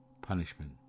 Punishment